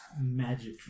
Magic